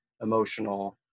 emotional